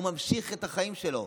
והוא ממשיך את החיים שלו.